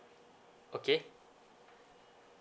okay